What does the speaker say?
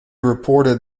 reported